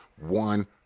one